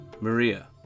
Maria